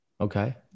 Okay